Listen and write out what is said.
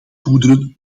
goederen